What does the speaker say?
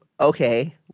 Okay